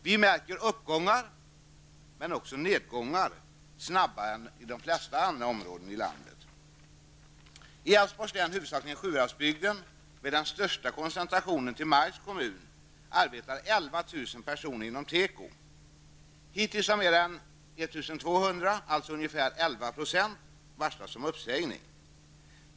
Vi märker uppgångar, men också nedgångar, snabbare än i de flesta andra områden i landet. Hittills har mer än 1 200, alltså ungefär 11 %, varslats om uppsägning.